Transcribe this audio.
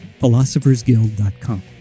philosophersguild.com